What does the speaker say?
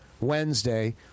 Wednesday